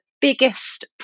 biggest